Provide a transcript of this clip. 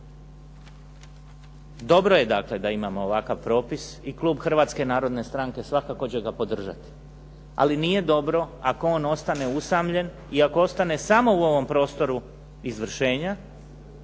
Dobro je, dakle, da imamo ovakav propis i klub Hrvatske narodne stranke svakako će ga podržati. Ali nije dobro ako on ostane usamljen i ako ostane samo u ovom prostoru izvršenja,